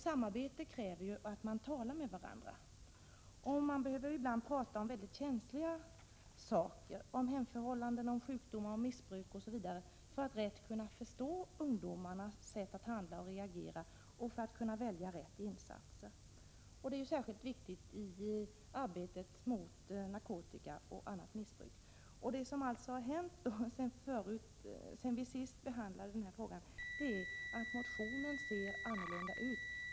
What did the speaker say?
Samarbete kräver ju att man talar med varandra, och man behöver ibland tala om väldigt känsliga saker, som rör hemförhållanden, sjukdomar, missbruk m.m., för att rätt kunna förstå ungdomarnas sätt att handla och reagera och för att kunna välja rätt insatser. Detta är särskilt viktigt i arbetet mot narkotikamissbruk och annat missbruk. Det som har hänt sedan vi senast behandlade frågan är alltså att motionen ser annorlunda ut.